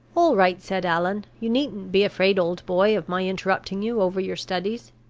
all right, said allan. you needn't be afraid, old boy, of my interrupting you over your studies.